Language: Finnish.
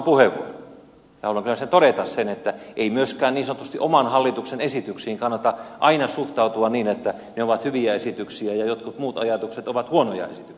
haluan kyllä todeta sen että ei myöskään niin sanotusti oman hallituksen esityksiin kannata aina suhtautua niin että ne ovat hyviä esityksiä ja jotkut muut ajatukset ovat huonoja esityksiä